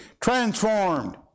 transformed